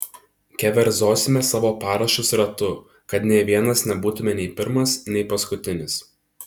keverzosime savo parašus ratu kad nė vienas nebūtume nei pirmas nei paskutinis